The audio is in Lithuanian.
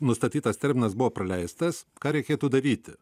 nustatytas terminas buvo praleistas ką reikėtų daryti